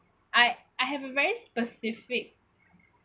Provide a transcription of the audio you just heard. I I have a very specific